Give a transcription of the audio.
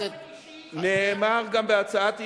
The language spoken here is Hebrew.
נאמר גם בהצעת האי-אמון,